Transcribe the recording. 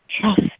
trust